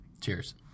Cheers